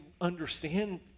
understand